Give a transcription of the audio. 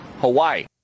Hawaii